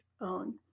own